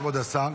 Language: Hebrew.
כבוד השר,